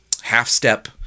half-step